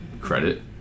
credit